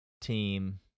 team